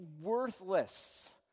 worthless